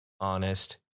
honest